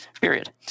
period